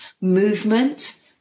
movement